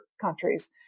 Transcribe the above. countries